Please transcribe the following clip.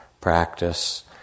practice